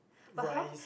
but how